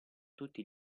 tutti